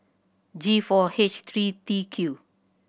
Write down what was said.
G four H three T Q